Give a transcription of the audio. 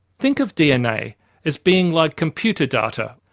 think of dna as being like computer data.